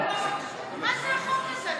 מה זה החוק הזה?